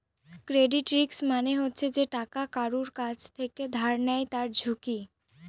credit risk মানে হচ্ছে যে টাকা কারুর কাছ থেকে ধার নেয় তার ঝুঁকি